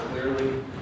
clearly